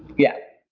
yeah.